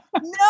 no